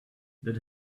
that